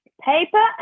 Paper